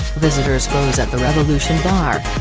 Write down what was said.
visitors pose at the revolution bar.